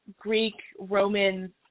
Greek-Roman